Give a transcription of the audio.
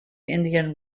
indian